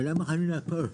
אז למה חנית פה?